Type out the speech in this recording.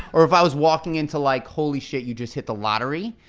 or if i was walking into like holy shit you just hit the lottery.